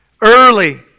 Early